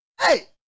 Hey